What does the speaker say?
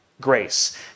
grace